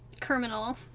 criminal